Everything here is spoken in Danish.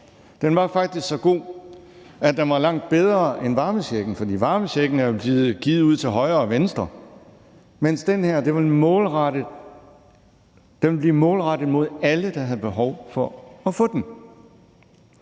Den var faktisk så god, at den var langt bedre end varmechecken, for varmechecken er jo blevet givet ud til højre og venstre, mens den her ville blive målrettet mod alle, der havde behov for at få den.